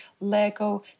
LEGO